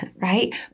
right